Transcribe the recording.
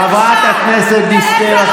חברת הכנסת דיסטל,